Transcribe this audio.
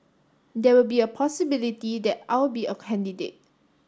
there will be a possibility that I'll be a candidate